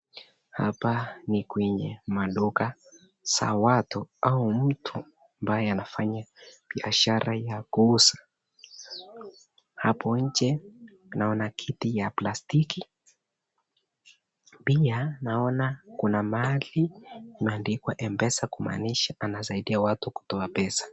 Hapa ni kwenye maduka za watu au mtu ambaye anafanya biashara ya kuuza ,hapo nje naona kiti ya plastiki pia naona kuna mahali imeandikwa mpesa kumaanisha anasaidia watu kutoa pesa